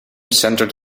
centered